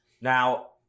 now